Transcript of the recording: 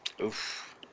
oof